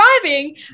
driving